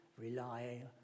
rely